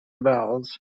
vowels